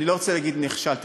אני לא רוצה להגיד: נכשלתם.